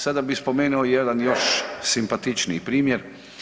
Sada bih spomenuo i jedan još simpatičniji primjer.